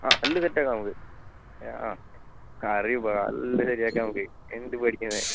ആ എല്ലാ സെറ്റ് ആക്കാം നമുക്ക് ആ കറി അതെല്ലാം ശരിയാക്കാം നമുക്ക് എന്ത് പേടിക്കാനാണ്